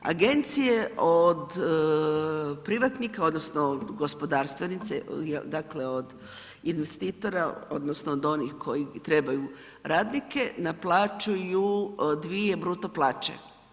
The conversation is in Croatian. Agencije od privatnika odnosno gospodarstvenike, dakle od investitora, odnosno od onih koji trebaju radnike naplaćuju 2 bruto plaće.